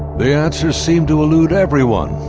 the answers seem to elude everyone,